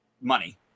money